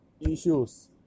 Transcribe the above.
Issues